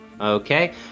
Okay